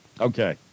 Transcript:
Okay